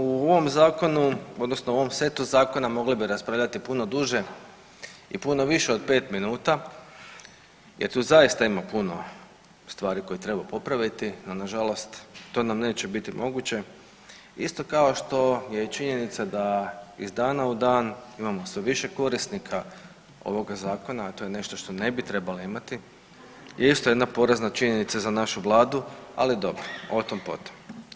O ovom zakonu odnosno o ovom setu zakona mogli bi raspravljati puno duže i puno više od 5 minuta jer tu zaista ima puno stvari koje treba popraviti, a nažalost to nam neće biti moguće isto kao što je i činjenica da iz dana u dan imamo sve više korisnika ovoga zakona, a to je nešto što ne bi trebali imati i isto jedna porazna činjenica za našu vladu, ali dobro o tom potom.